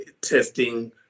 testing